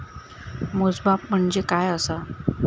मोजमाप म्हणजे काय असा?